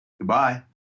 Goodbye